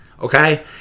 okay